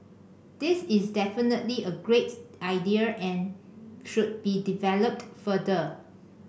this is definitely a great idea and should be developed further